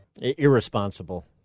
Irresponsible